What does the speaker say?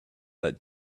that